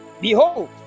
Behold